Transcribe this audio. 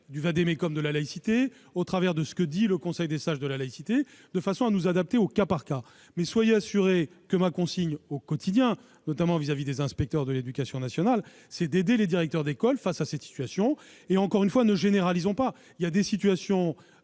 le vade-mecum de la laïcité et le Conseil des sages de la laïcité, de façon à nous adapter au cas par cas. Soyez assurés que ma consigne au quotidien, notamment vis-à-vis des inspecteurs de l'éducation nationale, est d'aider les directeurs d'école confrontés à cette situation. Encore une fois, ne généralisons pas ! Certaines situations